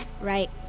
right